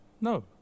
No